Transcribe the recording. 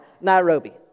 Nairobi